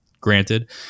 Granted